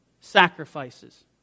sacrifices